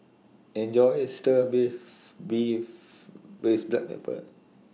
Enjoy your Stir Beef Beef with Black Pepper